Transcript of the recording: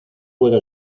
puedo